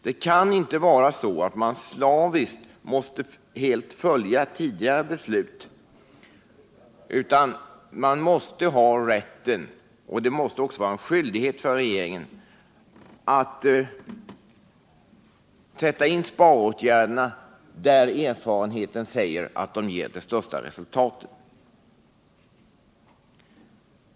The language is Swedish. Det kan inte vara så att man helt slaviskt måste följa tidigare beslut, utan det måste vara både en rätt och en skyldighet för regeringen att sätta in sparåtgärder där erfarenheten säger att de ger störst resultat.